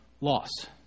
loss